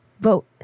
vote